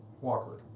Walker